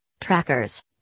trackers